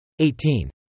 18